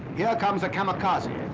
here comes a kamikaze,